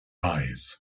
eyes